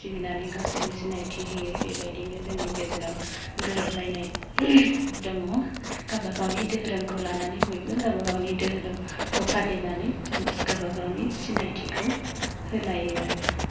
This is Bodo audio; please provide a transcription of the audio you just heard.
सिबिनानै गावसोरनि सिनायथि होयो बेबायदिनो जोंनि गेजेराव गोरोब लायनाय दङ गाबागावनि दोहोरोमखौ लानानै बयबो गाबागावनि दोहोरोमखौ फालिनानै जों गाबागावनि सिनायथिखौ होलायो आरो